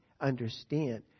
understand